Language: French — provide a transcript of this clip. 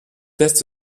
tests